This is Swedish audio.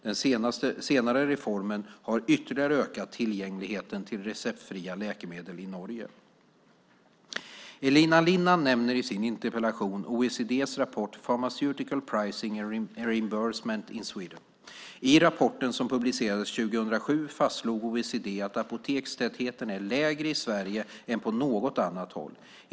Den senare reformen har ytterligare ökat tillgängligheten till receptfria läkemedel i Norge. Elina Linna nämner i sin interpellation OECD:s rapport Pharmaceutical pricing and reimbursement in Sweden . I rapporten, som publicerades 2007, fastslog OECD att apotekstätheten är lägre i Sverige än på något annat håll.